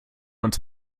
uns